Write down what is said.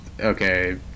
Okay